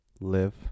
live